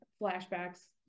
flashbacks